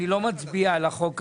אני לא מצביע על החוק עצמו.